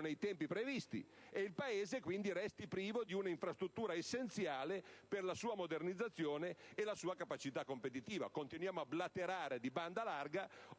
nei tempi previsti, ed il Paese quindi resti privo di una infrastruttura essenziale per la sua modernizzazione e la sua capacità competitiva; continuiamo a blaterare di banda larga,